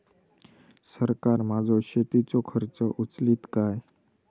सरकार माझो शेतीचो खर्च उचलीत काय?